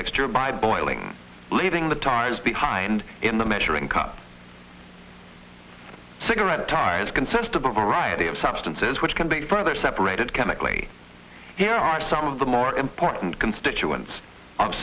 mixture by boiling leaving the times behind in the measuring cup cigarette tires consist of a variety of substances which can be further separated chemically here are some of the more important constituents of